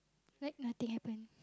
like nothing happen